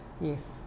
yes